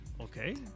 Okay